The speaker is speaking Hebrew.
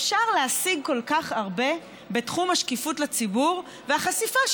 אפשר להשיג כל כך הרבה בתחום השקיפות לציבור והחשיפה,